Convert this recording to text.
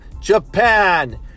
Japan